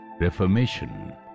reformation